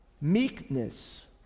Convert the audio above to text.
Meekness